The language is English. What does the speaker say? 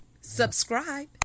subscribe